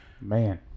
Man